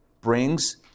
brings